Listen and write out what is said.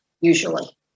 usually